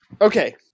Okay